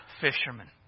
fisherman